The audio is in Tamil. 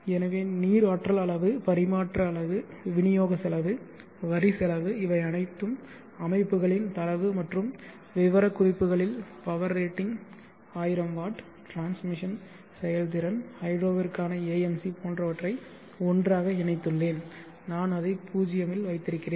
எனவே நீர் ஆற்றல் செலவு பரிமாற்ற செலவு விநியோக செலவு வரி செலவு இவை அனைத்தும் அமைப்புகளின் தரவு மற்றும் விவரக்குறிப்புகளில் பவர் ரேட்டிங் 1000 வாட் டிரான்ஸ்மிஷன் செயல்திறன் ஹைட்ரோவுக்கான ஏஎம்சி போன்றவற்றை ஒன்றாக இணைத்துள்ளேன் நான் அதை 0 இல் வைத்திருக்கிறேன்